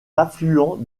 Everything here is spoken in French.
affluent